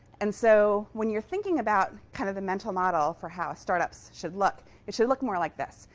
and so when you're thinking about kind of the mental model for how startups should look, it should look more like this.